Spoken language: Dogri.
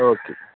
ओ के जी